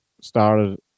started